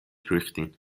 ریختین